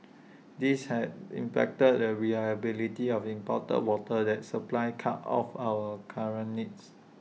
this has impacted the reliability of imported water that supplies cut of our current needs